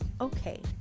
okay